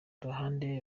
ruhande